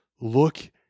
look